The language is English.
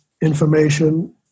information